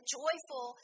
joyful